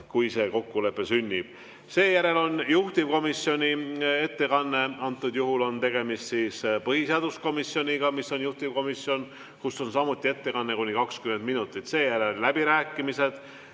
kui see kokkulepe sünnib. Seejärel on juhtivkomisjoni ettekanne, antud juhul on tegemist põhiseaduskomisjoniga, mis on juhtivkomisjon, see ettekanne on samuti kuni 20 minutit. Seejärel on läbirääkimised,